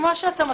כמו שאתה מכיר,